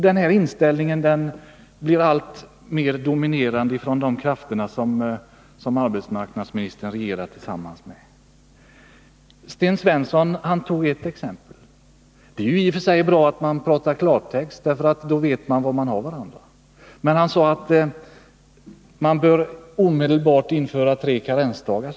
Den här inställningen blir alltmer dominerande bland de krafter som arbetsmarknadsministern regerar tillsammans med. Sten Svensson tog ett exempel. Det är i och för sig bra att tala i klartext — då vet man var man har varandra. Han sade att vi omedelbart bör införa tre karensdagar.